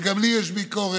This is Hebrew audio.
וגם לי יש ביקורת,